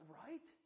right